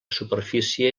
superfície